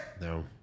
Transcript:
No